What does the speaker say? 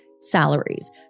salaries